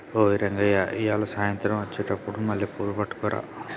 ఓయ్ రంగయ్య ఇయ్యాల సాయంత్రం అచ్చెటప్పుడు మల్లెపూలు పట్టుకరా